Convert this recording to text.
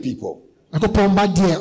people